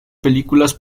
películas